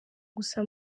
gusa